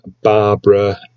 Barbara